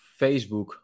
facebook